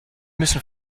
müssen